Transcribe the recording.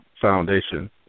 foundation